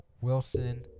Wilson